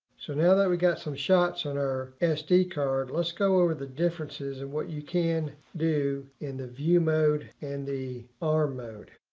so now that we got some shots on our sd card, let's go over the differences and what you can do in the view mode and the arm mode.